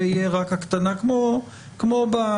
ותהיה רק הקטנה כמו בטלוויזיה.